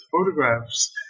photographs